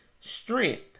strength